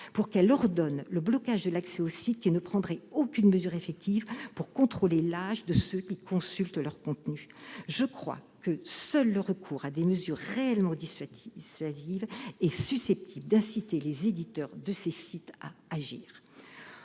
pour qu'elle ordonne le blocage de l'accès aux sites qui ne prendraient aucune mesure effective pour contrôler l'âge de ceux qui consultent leurs contenus. Je crois que seul le recours à des mesures réellement dissuasives est susceptible d'inciter les éditeurs de ces sites à agir.